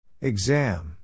Exam